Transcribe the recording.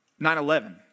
9-11